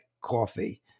coffee